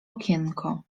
okienko